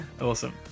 Awesome